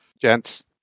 Gents